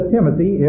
Timothy